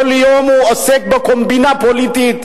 כל יום הוא עוסק בקומבינה פוליטית,